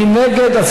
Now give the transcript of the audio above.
מי נגד?